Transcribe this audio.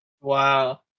Wow